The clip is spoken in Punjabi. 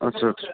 ਅੱਛਾ ਅੱਛਾ